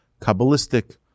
Kabbalistic